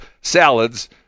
salads